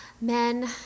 men